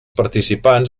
participants